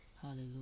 hallelujah